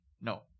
No